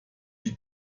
die